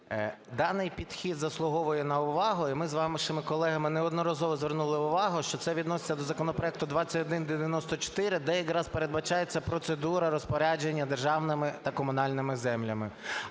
Даний підхід заслуговує на увагу і ми з вашими колегами неодноразово звертали увагу, що це відноситься до законопроекту 2194, де якраз передбачається процедура розпорядження державними та комунальними землями.